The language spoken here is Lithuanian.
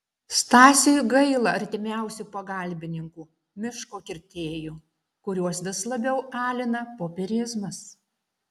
stasiui gaila artimiausių pagalbininkų miško kirtėjų kuriuos vis labiau alina popierizmas